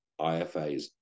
IFAs